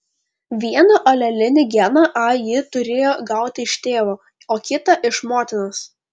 vieną alelinį geną a ji turėjo gauti iš tėvo o kitą iš motinos